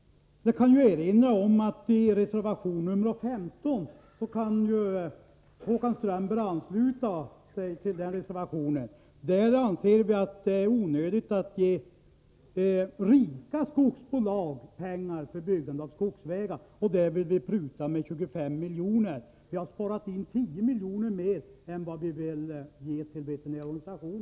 Jag kan erinra om att vi i reservation 15 — Håkan Strömberg kan ju ansluta sig till den — framhåller att vi anser att det är onödigt att ge rika skogsbolag pengar för byggande av skogsvägar. Där vill vi pruta med 25 milj.kr. Vi har därigenom sparat in 10 milj.kr. mer än vad vi vill ge till veterinärorganisationen.